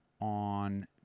on